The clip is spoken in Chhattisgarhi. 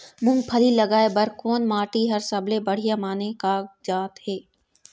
मूंगफली लगाय बर कोन माटी हर सबले बढ़िया माने कागजात हे?